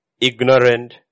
ignorant